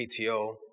PTO